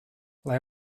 lai